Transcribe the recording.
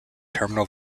terminal